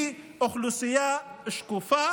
היא אוכלוסייה שקופה,